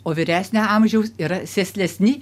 o vyresnio amžiaus yra sėslesni